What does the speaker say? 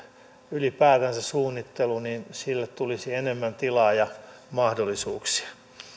ylipäätänsä sen suunnittelulle tulisi enemmän tilaa ja mahdollisuuksia